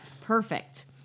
Perfect